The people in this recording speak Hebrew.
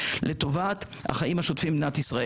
לטובת החיים השוטפים במדינת ישראל.